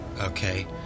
okay